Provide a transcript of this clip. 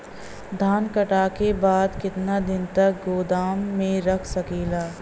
धान कांटेके बाद कितना दिन तक गोदाम में रख सकीला?